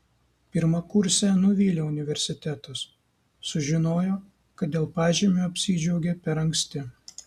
pirmakursę nuvylė universitetas sužinojo kad dėl pažymio apsidžiaugė per anksti